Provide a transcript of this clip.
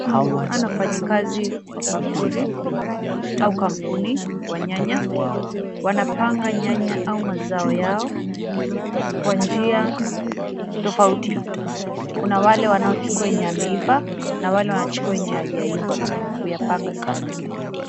Hawa ni wafanyikazi wa faktori au kampuni wa nyanya. Wanapanga nyanya au mazao yao kwa njia tofauti. Kuna wale wanaochukua yenye yameiva na wale wanachukua yenye hayajaiva kuyapanga sahanini.